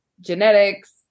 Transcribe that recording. genetics